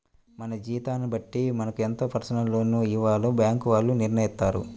మన జీతాన్ని బట్టి మనకు ఎంత పర్సనల్ లోన్ ఇవ్వాలో బ్యేంకుల వాళ్ళు నిర్ణయిత్తారు